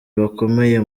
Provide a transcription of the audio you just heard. bakomeye